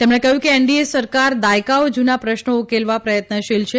તેમણે કહ્યું કે એનડીએ સરકાર દાયકાઓ જૂના પ્રશ્નો ઉકેલવા પ્રયત્નશીલ છે